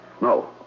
No